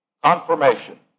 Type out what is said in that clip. Confirmation